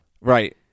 Right